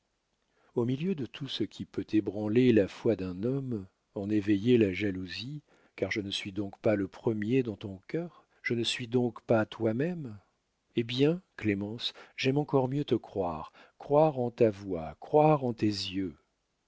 au milieu de tout ce qui peut ébranler la foi d'un homme en éveiller la jalousie car je ne suis donc pas le premier dans ton cœur je ne suis donc pas toi-même eh bien clémence j'aime encore mieux te croire croire en ta voix croire en tes yeux